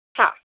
हं